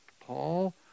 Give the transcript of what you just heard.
Paul